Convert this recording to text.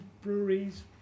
breweries